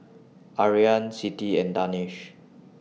Aryan Siti and Danish